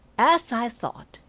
as i thought!